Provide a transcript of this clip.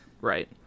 Right